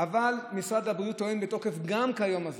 משרד הבריאות טוען בתוקף גם כיום הזה,